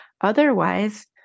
Otherwise